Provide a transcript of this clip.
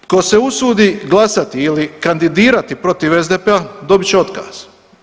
Tko se usudi glasati ili kandidirati protiv SDP-a dobit će otkaz.